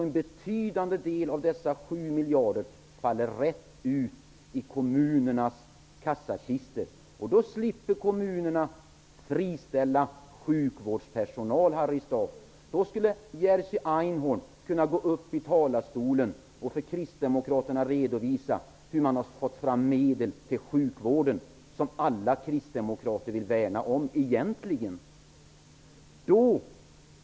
En betydande del av dessa 7 miljarder faller därför rätt ner i kommunernas kassakistor. Då slipper kommunerna att friställa sjukvårdspersonal. Då skulle Jerzy Einhorn kunna gå upp i talarstolen och för kristdemokraterna redovisa hur man har fått fram medel till den sjukvård som alla kristdemokrater egentligen vill värna om.